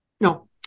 no